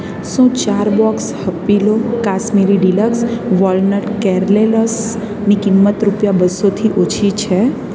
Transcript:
શું ચાર box Happilo Kashmiri deluxe walnut કેર્નેલસની કિંમત રૂપિયા બસોથી ઓછી છે